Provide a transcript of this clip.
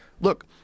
look